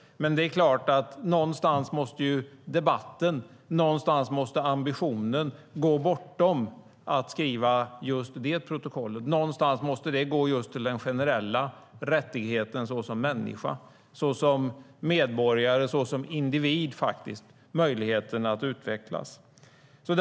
Det är dock så att någonstans måste debatten och ambitionen gå bortom att skriva just det protokollet. Någonstans måste det gå till just den generella rättigheten och möjligheten att utvecklas såsom människa, medborgare och individ.